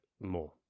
more